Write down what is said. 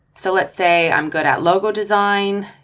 so let's say i'm good at logo design,